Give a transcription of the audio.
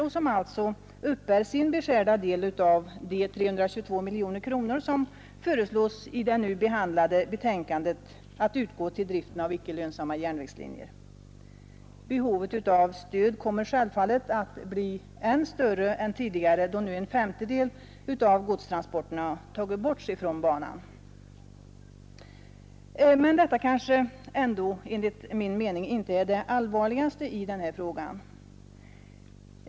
Banan får alltså uppbära sin beskärda del av de 322 miljoner kronor som i det nu behandlade betänkandet föreslås utgå till driften av icke lönsamma järnvägslinjer. Behovet av stöd kommer självfallet att bli än större än tidigare, då nu en femtedel av godstransporterna har tagits bort från banan. Enligt min mening är detta kanske ändå inte det allvarligaste i den här frågan.